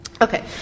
Okay